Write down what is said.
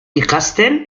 ikasten